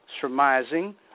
surmising